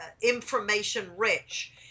information-rich